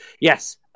yes